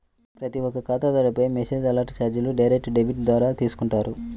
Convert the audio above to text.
ప్రతి ఒక్క ఖాతాదారుడిపైనా మెసేజ్ అలర్ట్ చార్జీలు డైరెక్ట్ డెబిట్ ద్వారా తీసుకుంటారు